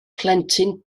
plentyn